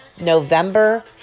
November